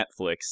Netflix